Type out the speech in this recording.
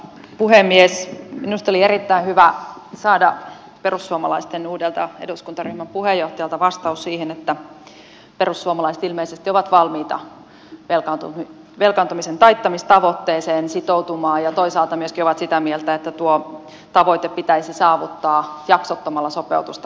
minusta oli erittäin hyvä saada perussuomalaisten uudelta eduskuntaryhmän puheenjohtajalta vastaus siihen että perussuomalaiset ilmeisesti ovat valmiita velkaantumisen taittamistavoitteeseen sitoutumaan ja toisaalta myöskin ovat sitä mieltä että tuo tavoite pitäisi saavuttaa jaksottamalla sopeutusta useammalle vuodelle